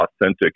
authentic